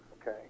okay